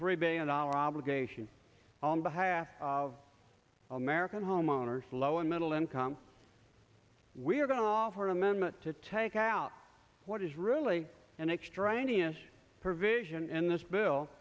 three billion dollar obligation on behalf of american homeowners low and middle income we are going to offer an amendment to take out what is really an extra provision in this bill